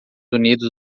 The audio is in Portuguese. unidos